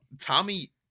Tommy